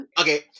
okay